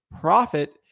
profit